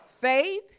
Faith